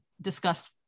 discussed